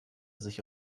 sich